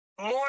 more